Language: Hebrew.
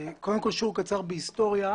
קודם כול שיעור קצר בהיסטוריה: